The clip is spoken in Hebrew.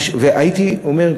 והייתי אומר,